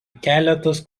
keletas